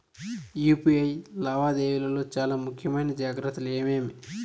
UPI లావాదేవీల లో చానా ముఖ్యమైన జాగ్రత్తలు ఏమేమి?